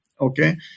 Okay